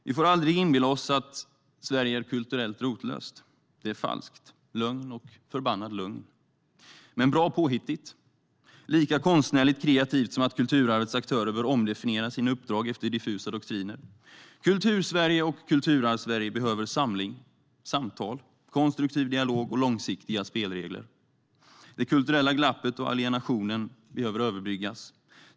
Vi får aldrig inbilla oss att Sverige är kulturellt rotlöst. Det är falskt, lögn och förbannad lögn, men bra påhittigt. Det är lika konstnärligt kreativt som att kulturarvets aktörer bör omdefiniera sina uppdrag efter diffusa doktriner. Kultursverige och Kulturarvssverige behöver samling, samtal, konstruktiv dialog och långsiktiga spelregler. Det kulturella glappet och alienationen behöver överbryggas.